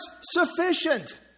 sufficient